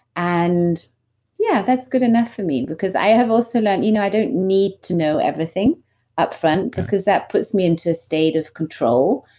and yeah, that's good enough for me because i have also learned you know i don't need to know everything up front because that puts me into a state of control,